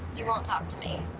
you won't talk to me.